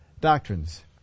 doctrines